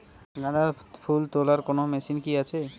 গাঁদাফুল তোলার কোন মেশিন কি আছে?